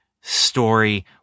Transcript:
story